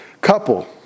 couple